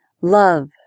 love